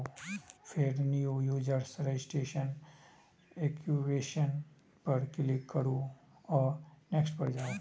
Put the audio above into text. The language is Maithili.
फेर न्यू यूजर रजिस्ट्रेशन, एक्टिवेशन पर क्लिक करू आ नेक्स्ट पर जाउ